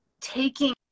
taking